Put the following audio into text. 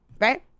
right